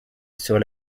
sur